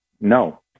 No